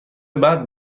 بعد